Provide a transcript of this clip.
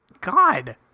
God